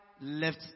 left